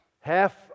half